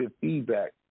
feedback